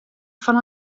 fan